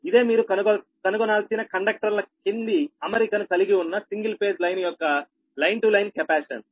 ఇదే మీరు కనుగొనాల్సిన కండక్టర్ల కింది అమరికను కలిగి ఉన్న సింగిల్ ఫేజ్ లైన్ యొక్క లైన్ టు లైన్ కెపాసిటెన్స్